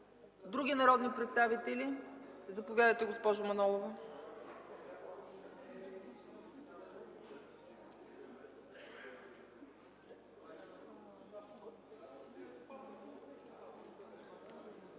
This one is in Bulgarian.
Други народни представители? Заповядайте, госпожо Манолова.